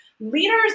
Leaders